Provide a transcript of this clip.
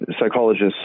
psychologists